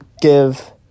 give